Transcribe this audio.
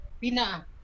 Pina